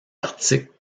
articles